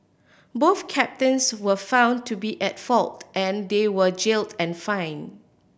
both captains were found to be at fault and they were jailed and fined